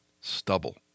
stubble